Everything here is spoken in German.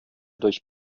durch